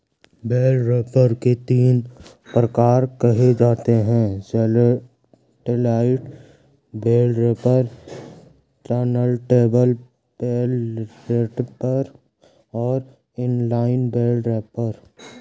bell wrapper के तीन प्रकार कहे जाते हैं satellite bale wrapper, turntable bale wrapper और इन लाइन बेल रैपर